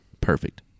Perfect